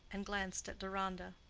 and glanced at deronda.